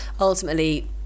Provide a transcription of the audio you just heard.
ultimately